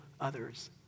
others